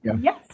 yes